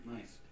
Nice